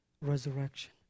resurrection